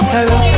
Hello